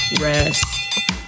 rest